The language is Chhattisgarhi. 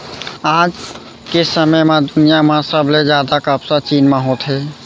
आज के समे म दुनिया म सबले जादा कपसा चीन म होथे